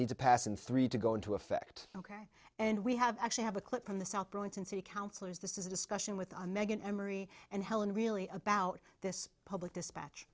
need to pass in three to go into effect ok and we have actually have a clip from the south bronx and city councillors this is a discussion with meghan emery and helen really about this public dispatch